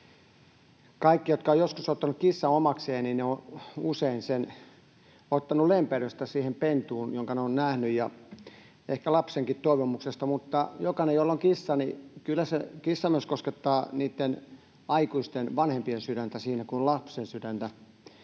Kaikki, jotka ovat joskus ottaneet kissan omakseen, ovat usein sen ottaneet lempeydestä siihen pentuun, jonka he ovat nähneet, ja ehkä lapsenkin toivomuksesta — mutta jokainen, jolla on kissa, tietää, että kyllä se kissa koskettaa myös niitten aikuisten, vanhempien, sydäntä siinä missä lapsen sydäntä.